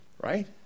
right